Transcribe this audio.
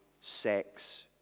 sex